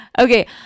Okay